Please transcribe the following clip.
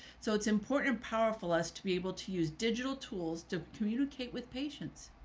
so it's important, powerful us to be able to use digital tools, to communicate with patients.